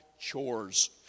chores